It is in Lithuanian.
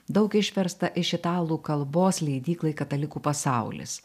daug išversta iš italų kalbos leidyklai katalikų pasaulis